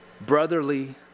brotherly